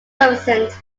sufficient